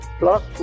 plus